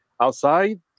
outside